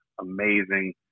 amazing